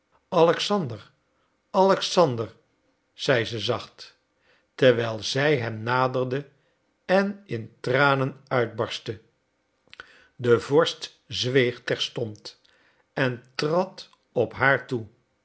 alexander alexander zei ze zacht terwijl zij hem naderde en in tranen uitbarstte de vorst zweeg terstond en trad op haar toe